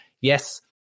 yes